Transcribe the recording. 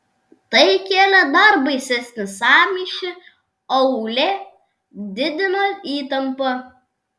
tai kėlė dar baisesnį sąmyšį aūle didino įtampą